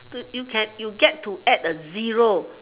you you can you get to add a zero